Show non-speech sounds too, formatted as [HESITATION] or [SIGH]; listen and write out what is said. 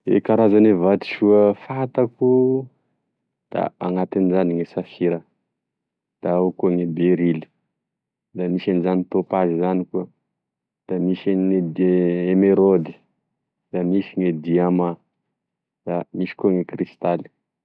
E karazagne vatosoa fantako da anatin'izany gne safira, da ao koa gne berily, da misy anezany topaza zany koa, da misy ny [HESITATION] emeroda, da misy gne diamant, da misy koa gne kristaly.